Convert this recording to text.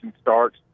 starts